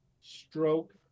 stroke